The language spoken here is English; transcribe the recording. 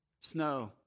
snow